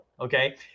Okay